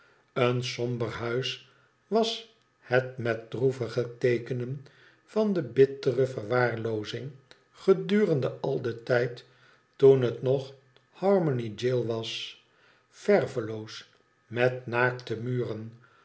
een somber huis was het met droevige teekenen van de bittere verwaarloozing gedurende al den tijd toen het nog harmony jail was verveloos met naakte muren